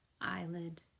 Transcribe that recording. eyelid